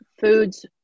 foods